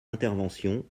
intervention